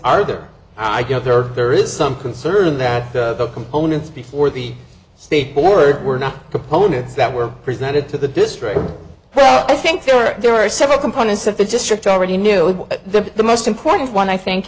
are there i go there are there is some concern that the components before the state board were not components that were presented to the district well i think there are there are several components of the district already knew the the most important one i think